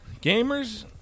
Gamers